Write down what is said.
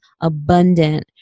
abundant